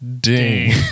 Ding